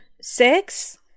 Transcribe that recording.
six